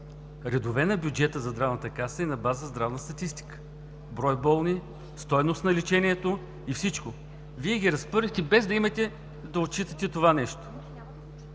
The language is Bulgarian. редове на бюджета за Здравната каса е на база здравна статистика: брой болни, стойност на лечението и всичко. Вие ги разхвърлихте, без да отчитате това нещо.